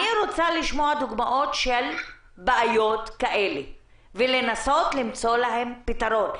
אני רוצה לשמוע דוגמאות של בעיות כאלה ולנסות למצוא להן פתרון.